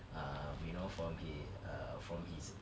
err you know from hi~ uh from his